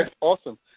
awesome